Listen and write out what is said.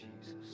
Jesus